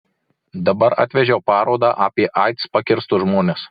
dabar atvežiau parodą apie aids pakirstus žmones